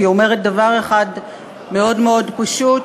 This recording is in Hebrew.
היא אומרת דבר אחד מאוד מאוד מאוד פשוט,